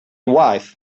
wife